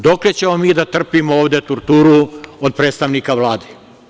Dokle ćemo mi da trpimo ovde torturu od predstavnika Vlade?